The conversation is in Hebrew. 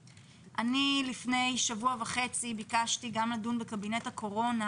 לפני שבוע וחצי ביקשתי גם לדון בקבינט הקורונה